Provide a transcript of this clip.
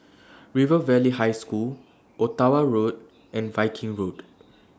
River Valley High School Ottawa Road and Viking Road